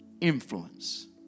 influence